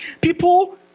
People